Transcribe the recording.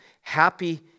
Happy